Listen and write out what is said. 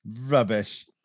Rubbish